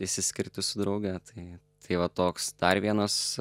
išsiskirti su drauge tai tai va toks dar vienas